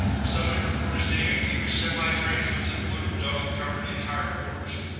subject reported seeing a huge semi-translucent blue dome covering the entire forest.